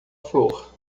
flor